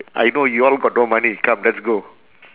I know you all got no money come let's go